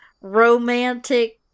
romantic